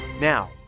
Now